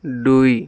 দুই